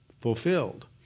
fulfilled